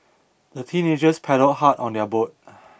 the teenagers paddled hard on their boat